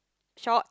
shorts